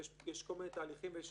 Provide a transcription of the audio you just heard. יש כל מיני תהליכים ויש